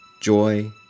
joy